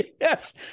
Yes